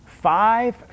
five